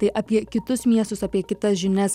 tai apie kitus miestus apie kitas žinias